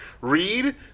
Read